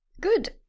good